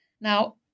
Now